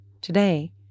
Today